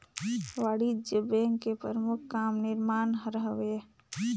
वाणिज्य बेंक के परमुख काम निरमान हर हवे